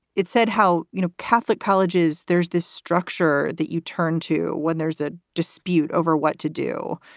it said how you know catholic colleges there's this structure that you turn to when there's a dispute over what to do.